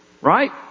Right